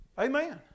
Amen